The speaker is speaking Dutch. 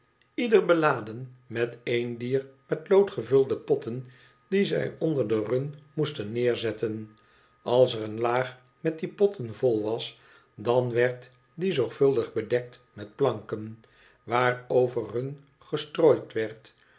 ieder beladen met een dier met lood gevulde potten die zij onder de run moesten neerzetten als er een laag met die potten vol was dan werd die zorgvuldig gedekt met planken waarover run gestrooid werd